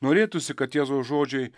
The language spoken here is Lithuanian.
norėtųsi kad jėzaus žodžiai